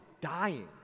dying